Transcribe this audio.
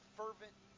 fervent